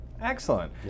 excellent